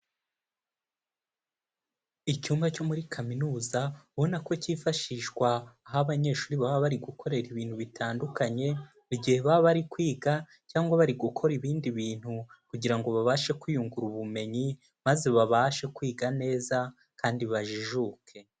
Icyumba cyo muri kaminuza ubona ko cyifashishwa aho abanyeshuri baba bari gukorera ibintu bitandukanye, mu gihe baba bari kwiga cyangwa bari gukora ibindi bintu kugira ngo babashe kwiyungura ubumenyi maze babashe kwiga neza kandi bajijuke.